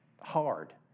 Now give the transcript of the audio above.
hard